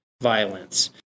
violence